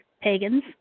pagans